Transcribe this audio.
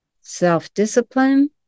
self-discipline